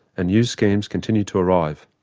and new schemes continue to arrive.